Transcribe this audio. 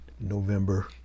November